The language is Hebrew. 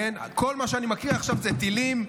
כל מה שאני מקריא עכשיו זה טילים,